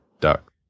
duck